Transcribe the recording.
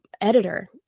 editor